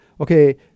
okay